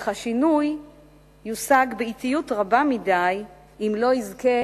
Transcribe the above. אך השינוי יושג באטיות רבה מדי אם לא יזכה